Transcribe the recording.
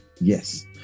Yes